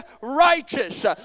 righteous